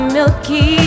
Milky